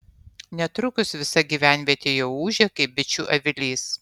netrukus visa gyvenvietė jau ūžė kaip bičių avilys